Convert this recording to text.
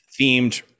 themed